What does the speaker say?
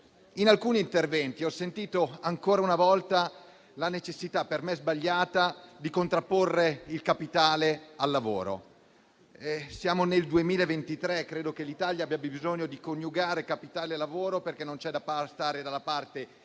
in alcuni interventi ho sentito ancora una volta la necessità, per me sbagliata, di contrapporre il capitale al lavoro. Siamo nel 2023 e credo che l'Italia abbia bisogno di coniugare capitale e lavoro, perché non c'è da stare dalla parte degli